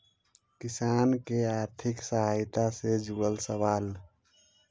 किसान के आर्थिक सहायता से जुड़ल सवाल?